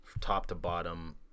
top-to-bottom